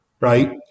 right